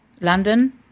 London